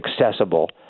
accessible